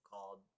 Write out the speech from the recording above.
called